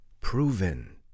proven